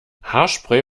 haarspray